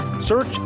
search